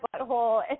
butthole